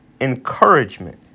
encouragement